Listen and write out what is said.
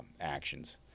actions